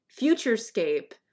futurescape